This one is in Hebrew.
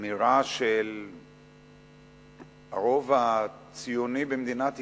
האמירה של הרוב הציוני במדינת ישראל,